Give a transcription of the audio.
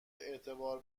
اعتبار